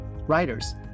writers